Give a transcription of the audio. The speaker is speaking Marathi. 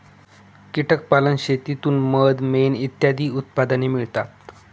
कीटक पालन शेतीतून मध, मेण इत्यादी उत्पादने मिळतात